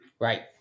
Right